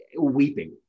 weeping